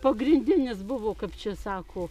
pagrindinis buvo kap čia sako